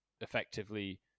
effectively